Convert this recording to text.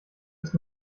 ist